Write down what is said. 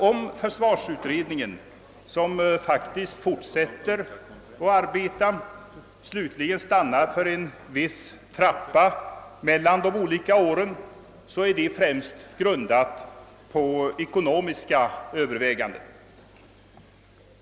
Om försvarsutredningen, som faktiskt fortsätter att arbeta, slutligen stannar för en viss trappa mellan de olika åren grundas detta främst på ekonomiska överväganden.